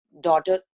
daughter